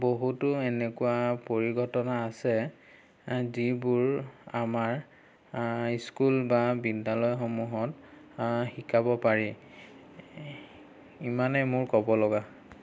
বহুটো এনেকুৱা পৰিঘটনা আছে যিবোৰ আমাৰ স্কুল বা বিদ্যালয়সমূহত শিকাব পাৰি ইমানে মোৰ ক'ব ল'গা